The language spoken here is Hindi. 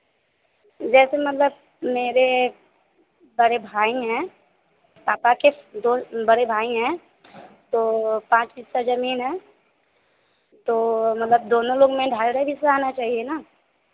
जैसे मतलब मेरे बड़े भाई हैं पापा के दो बड़े भाई हैं तो पाँच हिस्सा ज़मीन है तो मतलब दोनों लोग में ढाई ढाई हिस्सा आना चाहिए ना